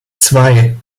zwei